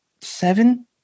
seven